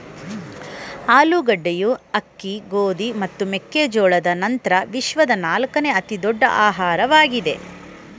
ಆಲೂಗಡ್ಡೆಯು ಅಕ್ಕಿ ಗೋಧಿ ಮತ್ತು ಮೆಕ್ಕೆ ಜೋಳದ ನಂತ್ರ ವಿಶ್ವದ ನಾಲ್ಕನೇ ಅತಿ ದೊಡ್ಡ ಆಹಾರ ಬೆಳೆಯಾಗಯ್ತೆ